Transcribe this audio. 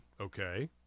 Okay